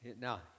now